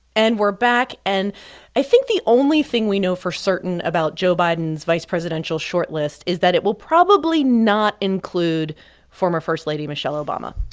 and we're back. and i think the only thing we know for certain about joe biden's vice presidential shortlist is that it will probably not include former first lady michelle obama